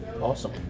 Awesome